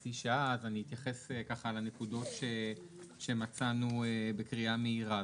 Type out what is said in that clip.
כחצי שעה אז אני אתייחס ככה לנקודות שמצאנו בקריאה מהירה,